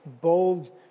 bold